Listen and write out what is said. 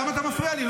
למה אתה מפריע לי,